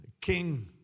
King